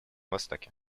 востоке